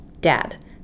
Dad